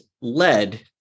led